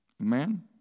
Amen